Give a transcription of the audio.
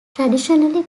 traditionally